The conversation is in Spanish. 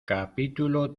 capítulo